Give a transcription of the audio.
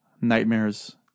Nightmares